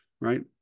right